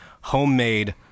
homemade